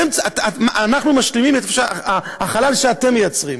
אנחנו משלימים את החלל שאתם מייצרים.